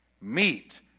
meet